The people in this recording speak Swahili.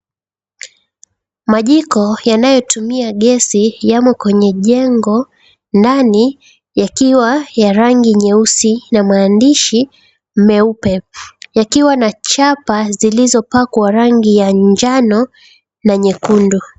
Majiko yanayotumia gesi yamo kwenye jengo, ndani yakiwa ya rangi nyeusi na maandishi meupe, yakiwa na chapa njano na nyekundu.